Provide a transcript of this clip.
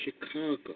Chicago